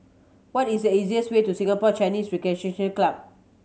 what is the easiest way to Singapore Chinese Recreation Club